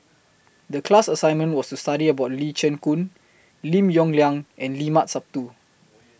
The class assignment was to study about Lee Chin Koon Lim Yong Liang and Limat Sabtu